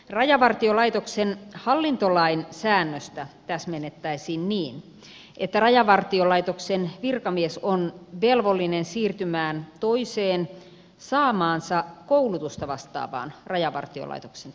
rajavartiolaitoksen hallintolain säännöstä täsmennettäisiin niin että rajavartiolaitoksen virkamies on velvollinen siirtymään toiseen saamaansa koulutusta vastaavaan rajavartiolaitoksen tehtävään